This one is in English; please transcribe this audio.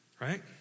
right